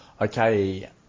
Okay